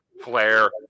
flair